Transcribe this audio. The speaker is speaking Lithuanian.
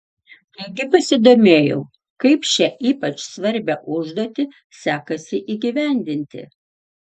taigi pasidomėjau kaip šią ypač svarbią užduotį sekasi įgyvendinti